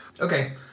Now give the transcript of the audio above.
Okay